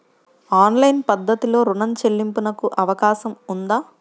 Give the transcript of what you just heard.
Online పద్ధతిలో రుణ చెల్లింపునకు అవకాశం ఉందా?